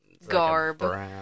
Garb